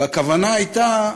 והכוונה הייתה: